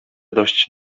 dość